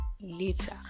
later